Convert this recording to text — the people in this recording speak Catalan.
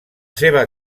seva